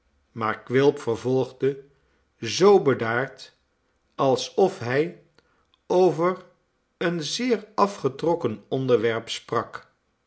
maar quilp vervolgde zoo bedaard alsof hij over een zeer afgetrokken onderwerp sprak